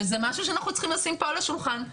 וזה משהו שאנחנו צריכים לשים אותו על השולחן.